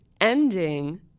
ending